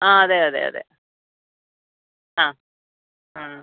ആ അതെ അതെ അതെ ആ ആ